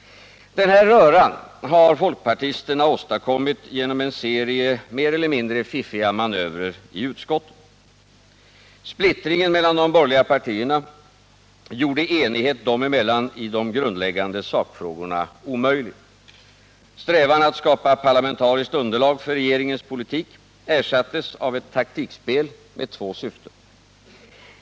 Den här röran har folkpartisterna åstadkommit genom en serie mer eller mindre fiffiga manövrer i utskotten. Splittringen mellan de borgerliga partierna gjorde enighet dem emellan i de grundläggande sakfrågorna omöjlig. Strävan att skapa parlamentariskt underlag för regeringens politik ersattes av ett taktikspel med två syften.